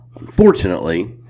Unfortunately